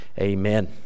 Amen